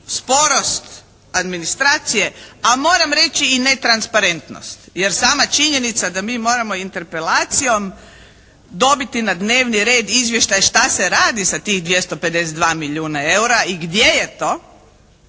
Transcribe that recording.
sporost administracije, a moram reći i netransparentnost jer sama činjenica da mi moramo interpelacijom dobiti na dnevni red izvještaj šta se radi sa tih 252 milijuna eura i gdje je to